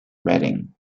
reading